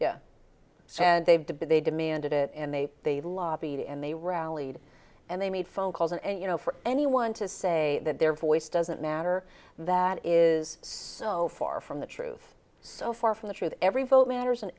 be they demanded it and they they lobbied and they rallied and they made phone calls and you know for anyone to say that their voice doesn't matter that is so far from the truth so far from the truth every vote matters and